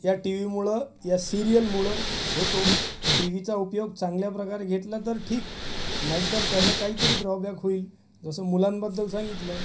या टीव्हीमुळं या सिरियलमुळं होतो टीव्हीचा उपयोग चांगल्याप्रकारे घेतला तर ठीक नाहीतर त्याचा काही तरी ड्रॉबॅक होईल जसं मुलांबद्दल सांगितलं